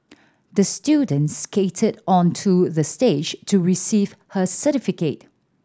the student skated onto the stage to receive her certificate